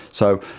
so,